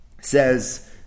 says